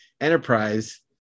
enterprise